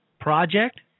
project